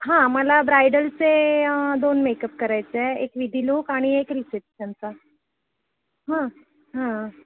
हां मला ब्रायडलचे दोन मेकअप करायचे आहे एक विधी लूक आणि एक रिसेप्शनचा हां हां